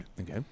Okay